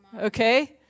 Okay